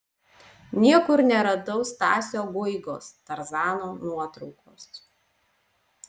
niekur neradau stasio guigos tarzano nuotraukos